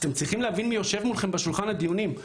אתם צריכים להבין מי יושב מולכם בשולחן הדיונים,